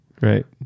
right